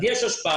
אם כן, יש השפעה.